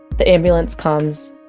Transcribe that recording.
the ambulance comes.